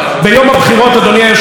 ב-17 במרס,